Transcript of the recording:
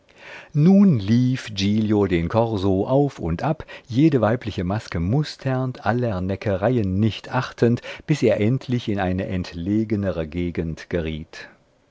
nun lief giglio den korso auf und ab jede weibliche maske musternd aller neckereien nicht achtend bis er endlich in eine entlegenere gegend geriet